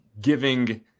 giving